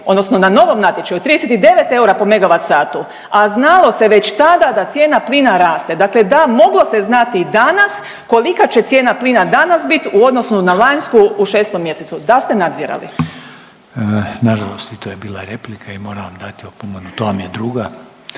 odnosno na novom natječaju 39 eura po MWh, a znalo se već tada da cijena plina raste. Dakle, da moglo se znati danas kolika će cijena plina danas bit u odnosu na lanjsku u 6. mjesecu da ste nadzirali. **Reiner, Željko (HDZ)** Nažalost i to je bila replika i moram vam dati opomenu. To vam je druga.